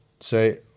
Say